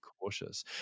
cautious